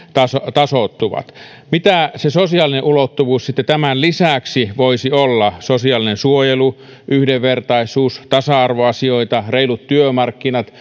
tasoittuvat mitä se sosiaalinen ulottuvuus sitten tämän lisäksi voisi olla sosiaalinen suojelu yhdenvertaisuus ja tasa arvoasioita reilut työmarkkinat